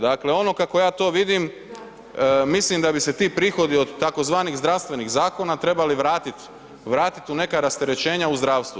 Dakle ono kako ja to vidim mislim da bi se ti prihodi od tzv. zdravstveni zakona trebali vratiti u neka rasterećenja u zdravstvu.